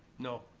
no.